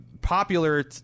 Popular